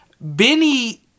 Benny